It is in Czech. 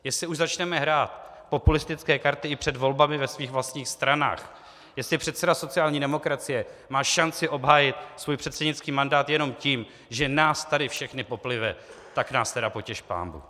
Jestli už začneme hrát populistické karty i před volbami ve svých vlastních stranách, jestli předseda sociální demokracie má šanci obhájit svůj předsednický mandát jenom tím, že nás tady všechny poplive, tak nás tedy potěš pánbůh.